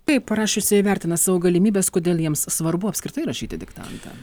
kaip parašiusieji vertina savo galimybes kodėl jiems apskritai svarbu rašyti šitą diktantą